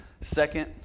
Second